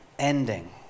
ending